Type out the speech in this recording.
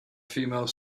female